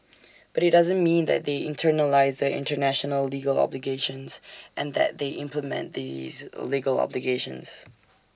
but IT doesn't mean that they internalise the International legal obligations and that they implement these legal obligations